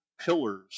pillars